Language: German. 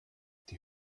die